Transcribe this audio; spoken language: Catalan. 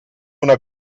una